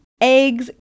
eggs